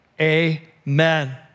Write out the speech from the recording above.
amen